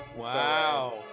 wow